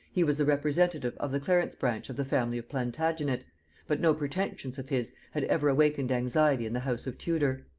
he was the representative of the clarence branch of the family of plantagenet but no pretensions of his had ever awakened anxiety in the house of tudor.